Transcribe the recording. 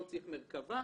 לא צריך מרכב"ה,